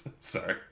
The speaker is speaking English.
Sorry